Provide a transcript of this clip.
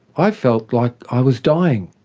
i felt like i was dying.